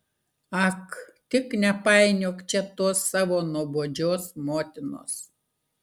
ak tik nepainiok čia tos savo nuobodžios motinos